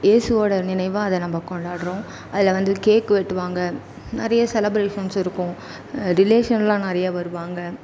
இயேசுவோடய நினைவாக அதை நம்ம கொண்டாடுறோம் அதில் வந்து கேக் வெட்டுவாங்க நிறைய செலப்ரேஷன்ஸ் இருக்கும் ரிலேஷனெல்லாம் நிறைய வருவாங்க